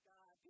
God